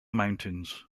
mountains